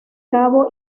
cabo